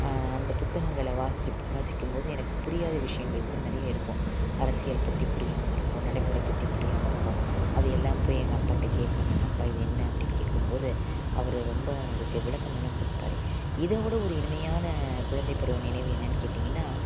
அந்த புத்தகங்களை வாசி வாசிக்கும்போது எனக்கு புரியாத விஷயங்கள் கூட நிறைய இருக்கும் அரசியல் பற்றி புரியாமல் இருக்கும் நடைமுறை பற்றி புரியாமல் இருக்கும் அது எல்லாம் போயி எங்க அப்பாட்ட கேப்பேன் நானு அப்பா இது என்ன அப்படின்னு கேட்கும்போது அவர் ரொம்ப அதுக்கு விளக்கமெல்லாம் கொடுப்பாரு இதை விட ஒரு இனிமையான குழந்தைப்பருவ நினைவு என்னன்னு கேட்டீங்கன்னால்